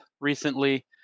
recently